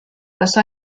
passò